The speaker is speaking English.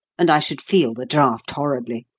and i should feel the draught horribly.